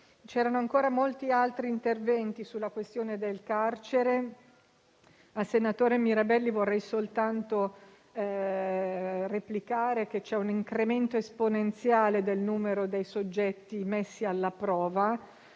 Ancora molti altri interventi hanno toccato la questione del carcere. Al senatore Mirabelli vorrei soltanto replicare che c'è un incremento esponenziale del numero dei soggetti messi alla prova: